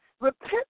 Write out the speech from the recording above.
repent